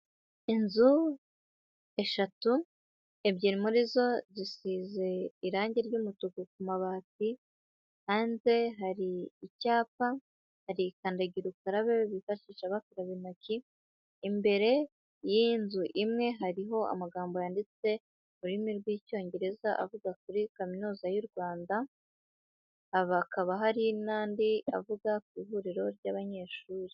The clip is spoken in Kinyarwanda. Inzu eshatu, ebyiri muri zo zisize irangi ry'umutuku ku mabati, hanze hari icyapa, hari kandagira ukarabe bifashisha bakaraba intoki, imbere y'inzu imwe hariho amagambo yanditse mu rurimi rw'Icyongereza, avuga kuri kaminuza y'u Rwanda, hakaba hari n'andi avuga ku ihuriro ry'abanyeshuri.